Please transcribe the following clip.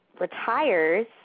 retires